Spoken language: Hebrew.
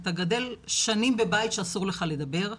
אתה גדל שנים בבית שאסור לך לדבר,